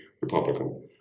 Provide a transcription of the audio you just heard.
Republican